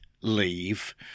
leave